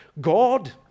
God